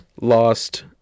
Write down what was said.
lost